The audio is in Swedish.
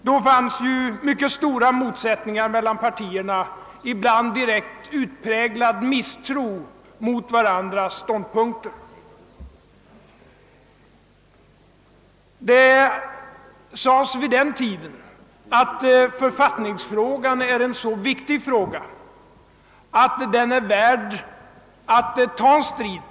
Då förelåg mycket stora motsättningar mellan partierna, ja, ibland en direkt utpräglad misstro mot de olika ståndpunkterna. Det sades vid denna tid att författningsfrågan var en så viktig fråga, att den var värd en strid.